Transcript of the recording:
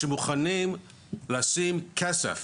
שמוכנים לשים כסף